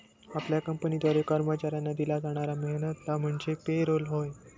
आपल्या कंपनीद्वारे कर्मचाऱ्यांना दिला जाणारा मेहनताना म्हणजे पे रोल होय